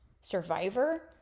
survivor